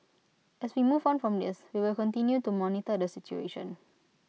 as we move on from this we will continue to monitor the situation